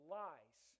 lies